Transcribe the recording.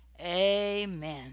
Amen